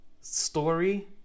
story